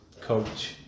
coach